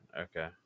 Okay